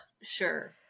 sure